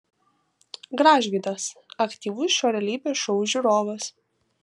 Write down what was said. gražvydas aktyvus šio realybės šou žiūrovas